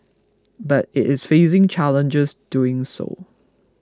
but it is facing challenges doing so